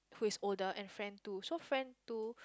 who is older and friend two so friend two